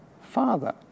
Father